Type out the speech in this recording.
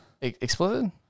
Explicit